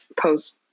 post